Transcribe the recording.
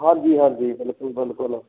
ਹਾਂਜੀ ਹਾਂਜੀ ਬਿਲੁਕਲ ਬਿਲਕੁਲ